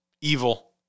evil